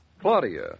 Claudia